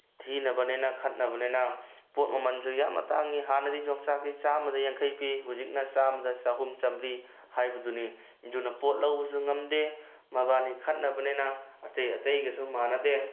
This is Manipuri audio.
ꯊꯤꯅꯕꯅꯤꯅ ꯈꯠꯅꯕꯅꯤꯅ ꯄꯣꯠ ꯃꯃꯜꯁꯨ ꯌꯥꯝꯅ ꯇꯥꯡꯏ ꯍꯥꯟꯅꯗꯤ ꯌꯣꯡꯆꯥꯛꯁꯤ ꯆꯥꯝꯃꯗ ꯌꯥꯡꯈꯩ ꯄꯤ ꯍꯧꯖꯤꯛꯅ ꯆꯥꯝꯃꯗ ꯆꯍꯨꯝ ꯆꯃꯔꯤ ꯍꯥꯏꯕꯗꯨꯅꯤ ꯑꯗꯨꯅ ꯄꯣꯠ ꯂꯧꯕꯁꯨ ꯉꯝꯗꯦ ꯃꯕꯥꯅꯤ ꯈꯠꯅꯕꯅꯤꯅ ꯑꯇꯩ ꯑꯇꯩꯒꯁꯨ ꯃꯥꯟꯅꯗꯦ